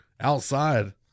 outside